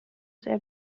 sehr